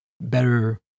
better